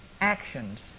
actions